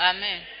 Amen